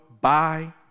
bye